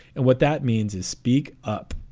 and what that means is speak up.